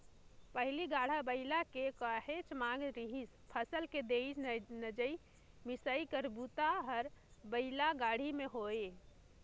पहिली गाड़ा बइला के काहेच मांग रिहिस फसल के लेजइ, लनइ, मिसई कर बूता हर बइला गाड़ी में होये